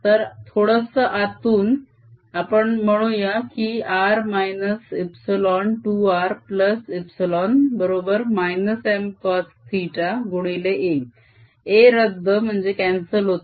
तर थोडंसं आतून आपण म्हणूया की r ε2rε बरोबर -Mcos θ गुणिले a a रद्द होतो